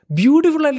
beautiful